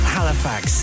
Halifax